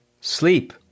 sleep